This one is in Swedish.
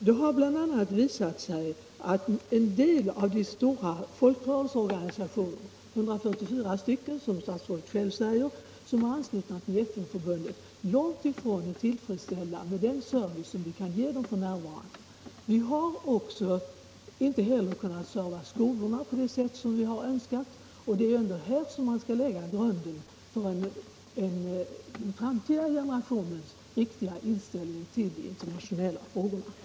Det har bl.a. visat sig att vi långt ifrån kan ge en tillfredsställande service åt de stora folkrörelseorganisationer som är anslutna till förbundet — 144 stycken, som statsrådet själv säger — och att vi inte heller kan ge service åt skolorna på det sätt som vi önskar. Och det är ju i skolan grunden skall läggas för den framtida generationens inställning till de internationella frågorna.